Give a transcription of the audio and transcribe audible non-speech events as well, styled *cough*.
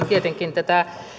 *unintelligible* tietenkin tätä